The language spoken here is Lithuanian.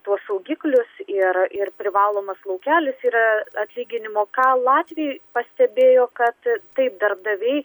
tuos saugiklius ir ir privalomas laukelis yra atlyginimo ką latviai pastebėjo kad taip darbdaviai